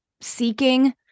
seeking